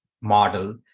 model